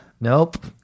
Nope